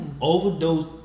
Overdose